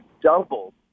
doubled